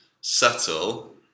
subtle